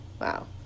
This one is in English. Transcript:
Wow